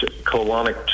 colonic